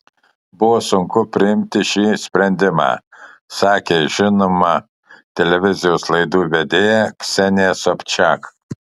buvo sunku priimti šį sprendimą sakė žinoma televizijos laidų vedėja ksenija sobčiak